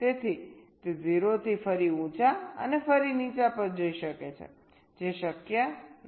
તેથી તે 0 થી ફરી ઉંચા ફરી નીચા પર જઈ શકે છે જે શક્ય નથી